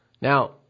Now